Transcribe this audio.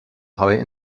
travail